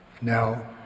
Now